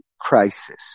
crisis